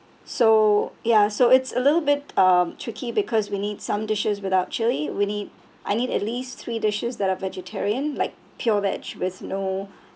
so ya so it's a little bit um tricky because we need some dishes without chili we need I need at least three dishes that are vegetarian like pure veg with no